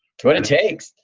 what it takes.